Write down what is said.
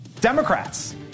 Democrats